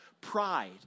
pride